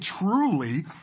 truly